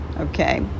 Okay